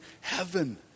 heaven